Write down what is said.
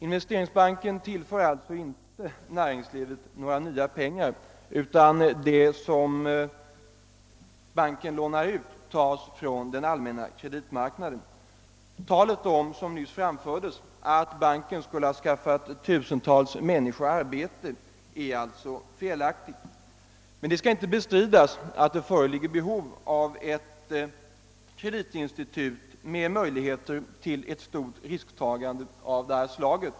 Investeringsbanken tillför alltså inte näringslivet några nya pengar, utan det som banken lånar ut tas från den allmänna kreditmarknaden. Talet om att banken skulle ha skaffat tusentals människor arbete är alltså felaktigt. Men det skall inte bestridas att det föreligger behov av ett kreditinstitut med möjligheter till ett stort risktagande av detta slag.